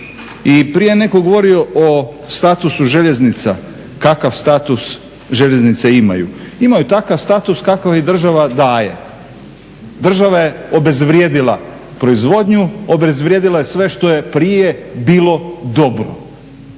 je netko govorio o statusu željeznica, kakav status željeznice imaju. Imaju takav status kakav im država daje. Država je obezvrijedila proizvodnju, obezvrijedila je sve što je prije bilo dobro.